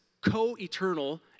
co-eternal